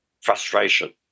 Frustration